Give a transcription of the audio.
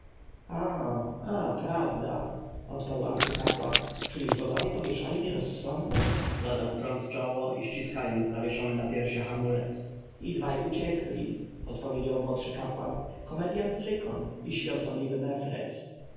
a prawda odparł arcykapłan czyliż bogowie pomieszali mi rozsądek dodał trąc czoło i ściskając zawieszony na piersiach amulet i dwaj uciekli podpowiedział młodszy kapłan komedjant lykon i świątobliwy